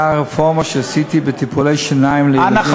הרפורמה שעשיתי בטיפולי שיניים לילדים.